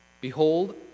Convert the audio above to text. Behold